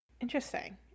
Interesting